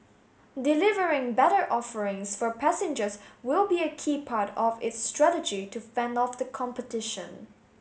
delivering better offerings for passengers will be a key part of its strategy to fend off the competition